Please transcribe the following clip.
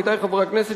עמיתי חברי הכנסת,